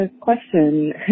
question